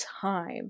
time